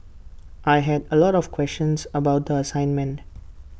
I had A lot of questions about the assignment